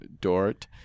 Dort